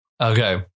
Okay